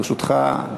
ברשותך,